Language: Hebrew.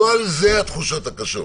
לא על זה התחושות הקשות